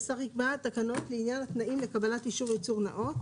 השר ייקבע תקנות לעניין התנאים לקבלת אישור ייצור נאות,